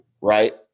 Right